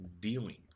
dealing